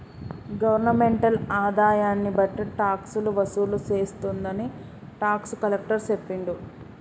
governmental ఆదాయన్ని బట్టి టాక్సులు వసూలు చేస్తుందని టాక్స్ కలెక్టర్ సెప్పిండు